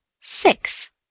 Six